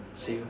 see you